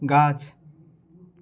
गाछ